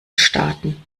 staaten